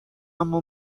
اما